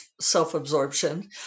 self-absorption